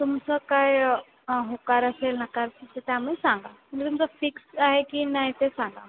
तुमचं काय होकार असेल नकार ते तुम्ही सांगा म्हणजे तुमचं फिक्स आहे की नाही ते सांगा